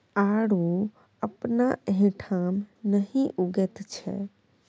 आड़ू अपना एहिठाम नहि उगैत छै